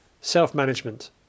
Self-management